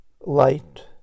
Light